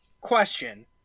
Question